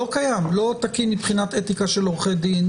זה לא תקין מבחינת אתיקה של עורכי דין,